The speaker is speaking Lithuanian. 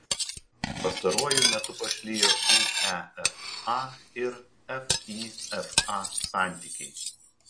pastaruoju metu pašlijo uefa ir fifa santykiai